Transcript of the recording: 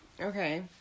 Okay